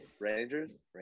Rangers